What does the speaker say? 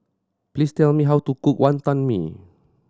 please tell me how to cook Wonton Mee